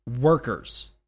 Workers